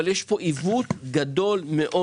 אבל יש פה עיוות גדול מאוד.